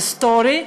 היסטורי,